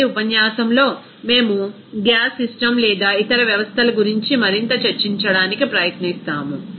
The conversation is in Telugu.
తదుపరి ఉపన్యాసంలో మేము గ్యాస్ సిస్టమ్ లేదా ఇతర వ్యవస్థల గురించి మరింత చర్చించడానికి ప్రయత్నిస్తాము